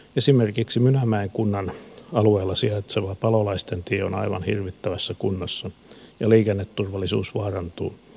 esimerkiksi mynämäen kunnan alueella sijaitseva palolaistentie on aivan hirvittävässä kunnossa ja liikenneturvallisuus vaarantuu